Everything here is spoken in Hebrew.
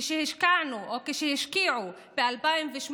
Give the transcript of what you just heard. כשהשקענו, כשהשקיעו ב-2018,